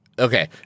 Okay